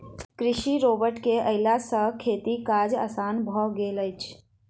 कृषि रोबोट के अयला सॅ खेतीक काज आसान भ गेल अछि